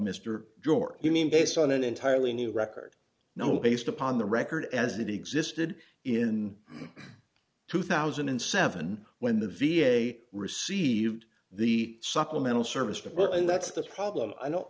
mr george you mean based on an entirely new record no based upon the record as it existed in two thousand and seven when the v a received the supplemental service before and that's the problem i don't